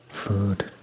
food